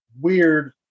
weird